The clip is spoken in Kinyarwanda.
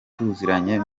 tuziranye